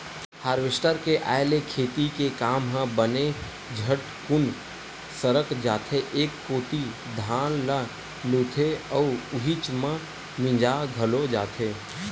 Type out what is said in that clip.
harvester के आय ले खेती के काम ह बने झटकुन सरक जाथे एक कोती धान ल लुथे अउ उहीच म मिंजा घलो जथे